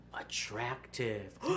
attractive